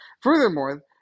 Furthermore